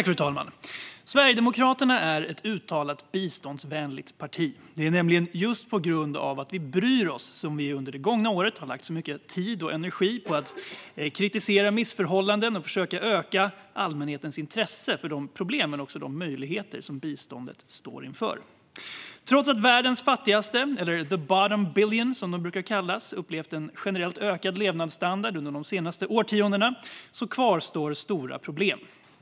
Fru talman! Sverigedemokraterna är ett uttalat biståndsvänligt parti. Det är nämligen just på grund av att vi bryr oss som vi under det gångna året har lagt ned mycket tid och energi på att kritisera missförhållanden och försöka öka allmänhetens intresse för de problem men också möjligheter som biståndet står inför. Trots att världens fattigaste, eller the bottom billion som de brukar kallas, upplevt en generellt ökad levnadsstandard under de senaste årtiondena kvarstår stora problem.